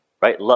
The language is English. right